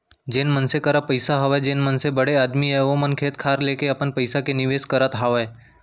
जेन मनसे करा पइसा हवय जेन मनसे बड़े आदमी अय ओ मन खेत खार लेके अपन पइसा के निवेस करत हावय